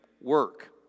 work